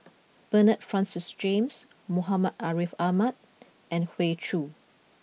Bernard Francis James Muhammad Ariff Ahmad and Hoey Choo